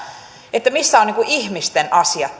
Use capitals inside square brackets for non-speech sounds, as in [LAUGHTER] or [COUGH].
että missä ovat ihmisten asiat [UNINTELLIGIBLE]